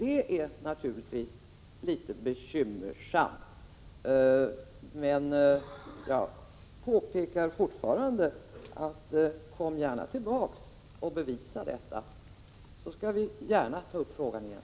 Det är naturligtvis bekymmersamt. Jag vidhåller: Kom tillbaka med bevis så skall vi gärna ta upp frågan igen.